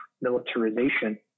militarization